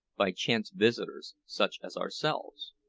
by chance visitors such as ourselves.